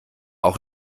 auch